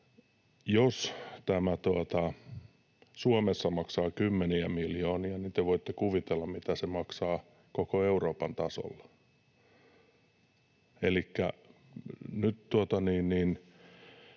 Jos tämä Suomessa maksaa kymmeniä miljoonia, niin te voitte kuvitella, mitä se maksaa koko Euroopan tasolla.